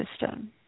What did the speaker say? system